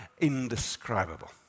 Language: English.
indescribable